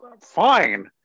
Fine